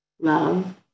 Love